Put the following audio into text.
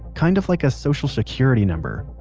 kind of like a social security number.